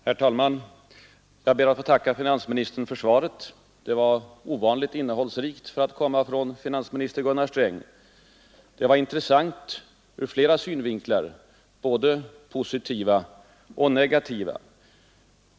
Herr talman! Jag ber att få tacka finansministern för svaret. Det var ovanligt innehållsrikt för att komma från finansminister Gunnar Sträng. Det var intressant ur flera synvinklar, både positiva och negativa.